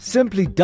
Simply